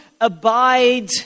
abide